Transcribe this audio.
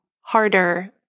harder